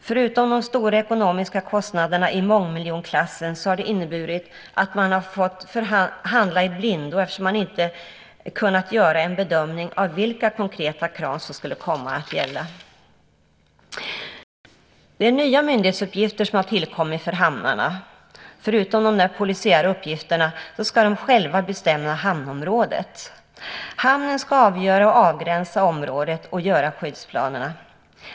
Förutom de stora ekonomiska kostnaderna i mångmiljonklassen har det inneburit att man har fått handla i blindo eftersom man inte har kunnat göra en bedömning av vilka konkreta krav som skulle komma att gälla. Det är nya myndighetsuppgifter som har tillkommit för hamnarna. Förutom de polisiära uppgifterna ska de själva bestämma hamnområdet. Hamnen ska avgöra och avgränsa området och göra skyddsplanerna.